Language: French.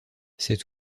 cet